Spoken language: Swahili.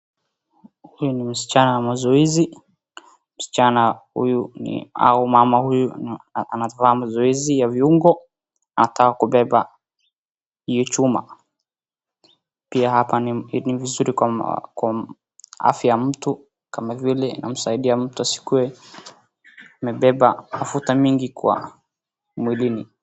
Huyu ni msichana wa mazoezi msichana huyu au mama huyu anafanya mazoezi ya viungo anataka kubeba hiyo chuma. Pia hapa ni mzuri kwa afya ya mtu kama vile inamsaidia mtu asikuwe amebeba mafuta mingi kwa mwilini.